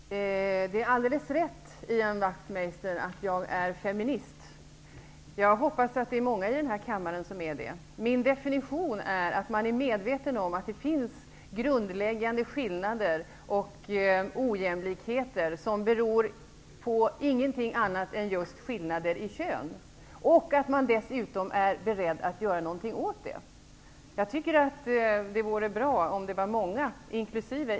Herr talman! Det är alldeles rätt, Ian Wachtmeister, att jag är feminist. Jag hoppas att många i den här kammaren är det. Min definition på en feminist är att man är medveten om att det finns grundläggande skillnader och ojämlikheter som inte beror på någonting annat än just skillnad i kön och att man dessutom är beredd att göra någonting åt det. Jag tycker att det vore bra om många, inkl.